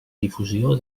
difusió